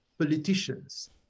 politicians